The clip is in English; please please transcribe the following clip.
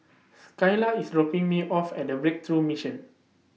Skyla IS dropping Me off At Breakthrough Mission